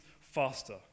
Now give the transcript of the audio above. faster